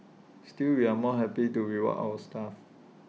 still we are more happy to reward our staff